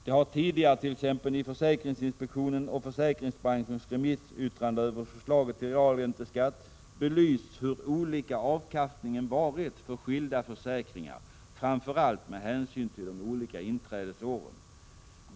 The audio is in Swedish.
Det har tidigare, t.ex. i försäkringsinspektionens och försäkringsbranschens remissyttranden över förslaget till realränteskatt, belysts hur olika avkastningen varit för skilda försäkringar framför allt med hänsyn till de olika inträdesåren.